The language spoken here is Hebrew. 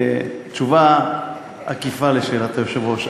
תשובה עקיפה לשאלת היושב-ראש.